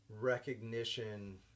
recognition